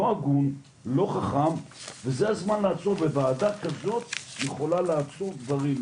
לא הגון ולא חכם וזה הזמן לעצור וועדה כזו יכולה לעצור דברים.